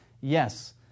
Yes